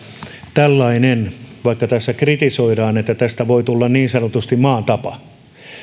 tällainen vaikka tässä kritisoidaan että tästä voi tulla niin sanotusti maan tapa